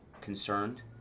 concerned